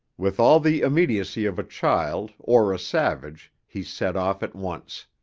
with all the immediacy of a child or a savage he set off at once.